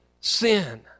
sin